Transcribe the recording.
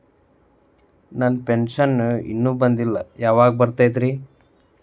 ನನ್ನ ಪೆನ್ಶನ್ ಇನ್ನೂ ಬಂದಿಲ್ಲ ಯಾವಾಗ ಬರ್ತದ್ರಿ?